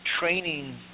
training